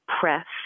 press